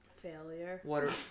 Failure